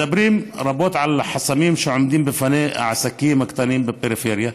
מדברים רבות על החסמים שעומדים בפני העסקים הקטנים בפריפריה.